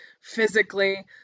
physically